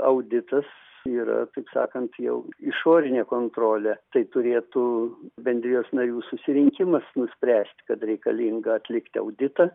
auditas yra taip sakant jau išorinė kontrolė tai turėtų bendrijos narių susirinkimas nuspręsti kad reikalinga atlikti auditą